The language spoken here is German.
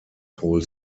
paul